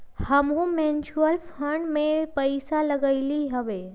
हमहुँ mutual fund में पइसा लगइली हबे